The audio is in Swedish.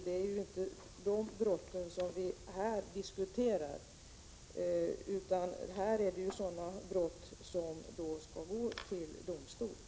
Det är ju inte de brotten som vi här diskuterar, utan här är det fråga om sådana brott som skall gå till domstol.